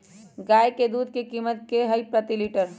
गाय के दूध के कीमत की हई प्रति लिटर?